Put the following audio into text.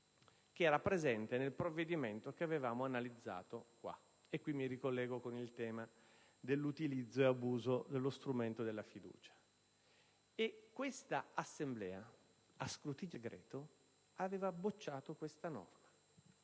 che era presente nel provvedimento che avevamo analizzato in questa sede (e mi ricollego al tema dell'utilizzo e abuso dello strumento della fiducia). Questa Assemblea, a scrutinio segreto, aveva bocciato tale norma.